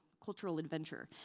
cultural adventure.